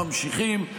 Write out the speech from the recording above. נמשכים.